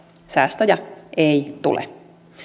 säästöjä ei tule